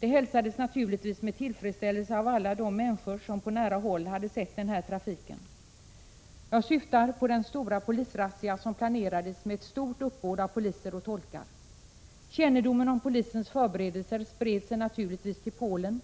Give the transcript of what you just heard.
Det hälsades naturligtvis med tillfredsställelse av alla de människor som på nära håll hade sett den här trafiken. Jag syftar på den stora polisrazzia som planerades, med ett stort uppbåd av poliser och tolkar. Kännedomen om polisens förberedelser spred sig naturligtvis till Polen,